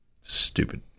Stupid